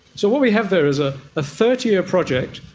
so what we have there is a ah thirty year project,